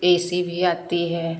ए C भी आती है